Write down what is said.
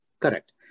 Correct